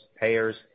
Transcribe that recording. payers